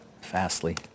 Fastly